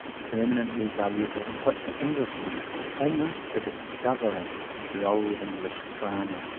permanently valuable, but for englishmen almost the discoverer of the old english drama.